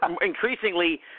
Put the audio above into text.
increasingly